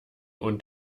und